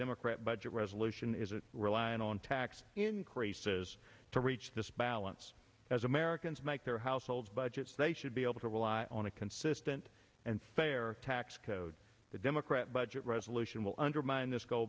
democrat budget resolution is that reliant on tax increases to reach this balance as americans make their household budgets they should be able to rely on a consistent and fair tax code the democrat budget resolution will undermine this go